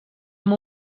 amb